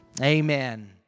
Amen